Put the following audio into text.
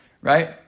right